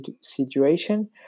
situation